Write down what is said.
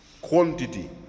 quantity